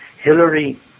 Hillary